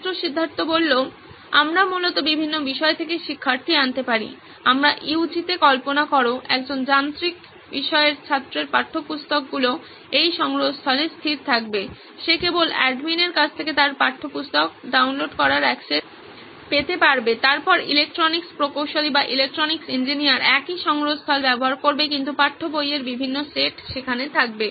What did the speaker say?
ছাত্র সিদ্ধার্থ আমরা মূলত বিভিন্ন বিষয় থেকে শিক্ষার্থী আনতে পারি আমাদের ইউজিতে কল্পনা করো একজন যান্ত্রিক বিষয়ের ছাত্রের পাঠ্যপুস্তকগুলি এই সংগ্রহস্থলে স্থির থাকবে সে কেবল অ্যাডমিনের কাছ থেকে তার পাঠ্যপুস্তক ডাউনলোড করার এক্সেস পেতে পারবে তারপর ইলেকট্রনিক্স প্রকৌশলী একই সংগ্রহস্থল ব্যবহার করবে কিন্তু পাঠ্য বইয়ের বিভিন্ন সেট সেখানে থাকবে